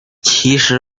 其实